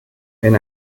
wenn